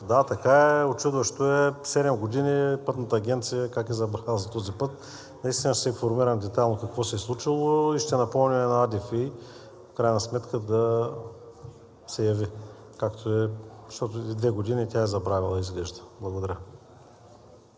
Да, така е, учудващо е седем години Пътната агенция как е забравила за този път. Наистина ще се информирам детайлно какво се е случило и ще напомня на АДФИ в крайна сметка да се яви, както е, защото преди две години тя е забравила, изглежда. Благодаря.